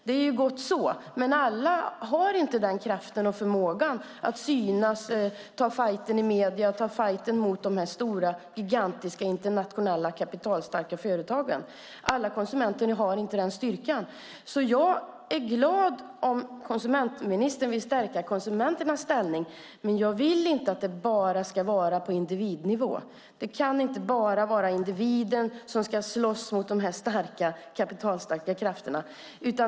Det är gott så, men alla har inte kraften och förmågan att synas, ta fajten i medierna och ta fajten mot de gigantiska internationella kapitalstarka företagen. Alla konsumenter har inte den styrkan. Jag är glad om konsumentministern vill stärka konsumenternas ställning, men jag vill inte att det bara ska vara på individnivå. Det kan inte bara vara individen som ska slåss mot de kapitalstarka krafterna.